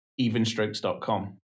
evenstrokes.com